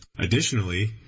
Additionally